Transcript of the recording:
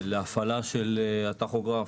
להפעלה של הטכוגרף.